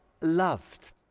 loved